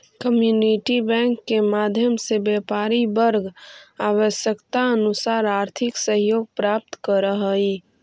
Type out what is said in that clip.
community bank के माध्यम से व्यापारी वर्ग आवश्यकतानुसार आर्थिक सहयोग प्राप्त करऽ हइ